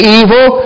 evil